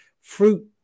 fruit